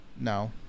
No